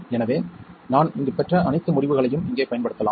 எனவே நான் இங்கு பெற்ற அனைத்து முடிவுகளையும் இங்கே பயன்படுத்தலாம்